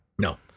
No